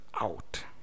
out